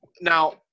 Now